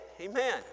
Amen